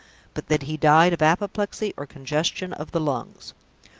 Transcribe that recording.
but that he died of apoplexy or congestion of the lungs!